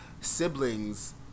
siblings